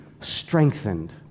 strengthened